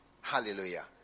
Hallelujah